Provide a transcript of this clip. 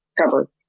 cover